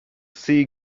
sea